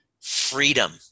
freedom